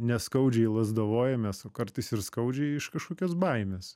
neskaudžiai lazdavojamės o kartais ir skaudžiai iš kažkokios baimės